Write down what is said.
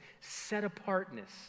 set-apartness